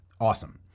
awesome